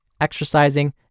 exercising